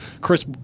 Chris